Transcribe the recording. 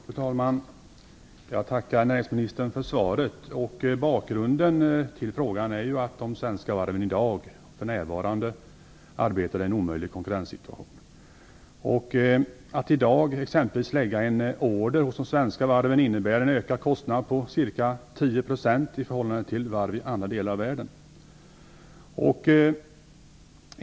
Fru talman! Jag tackar näringsministern för svaret. Bakgrunden till frågan är att de svenska varven för närvarande arbetar i en omöjlig konkurrenssituation. Att i dag lägga en order hos de svenska varven innebär en ökad kostnad på ca 10 % i förhållande till att lägga den hos varv i andra delar av världen.